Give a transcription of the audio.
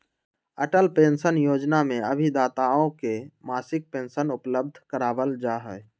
Atal pension योजना में अभिदाताओं के मासिक पेंशन उपलब्ध करावल जाहई